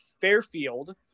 Fairfield